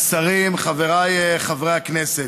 השרים, חבריי חברי הכנסת,